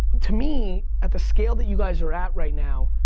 to me at the scale that you guys are at right now,